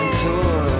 tour